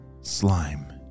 slime